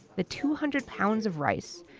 the two hundred pounds of rice,